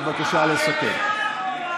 בבקשה לסכם.